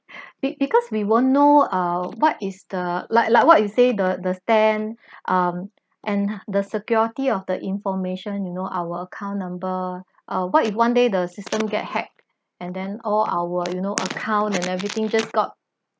be~because we won't know uh what is the like like what you say the the stand um and the security of the information you know our account number uh what if one day the system get hacked and then all our you know account and everything just got